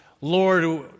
Lord